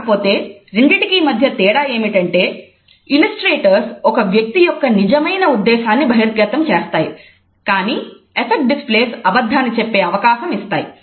కాకపోతే రెండిటికీ మధ్య తేడా ఏమిటంటే llustrators ఒక వ్యక్తి యొక్క నిజమైన ఉద్దేశాన్ని బహిర్గతం చేస్తాయి కానీ అఫక్ట్ డిస్ప్లేస్ అబద్ధాన్ని చెప్పే అవకాశం ఇస్తాయి